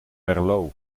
merlot